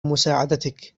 مساعدتك